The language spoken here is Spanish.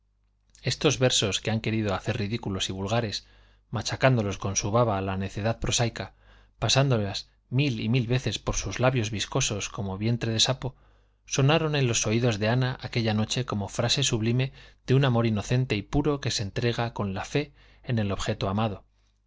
estos versos que ha querido hacer ridículos y vulgares manchándolos con su baba la necedad prosaica pasándolos mil y mil veces por sus labios viscosos como vientre de sapo sonaron en los oídos de ana aquella noche como frase sublime de un amor inocente y puro que se entrega con la fe en el objeto amado